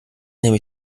nehme